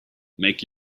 make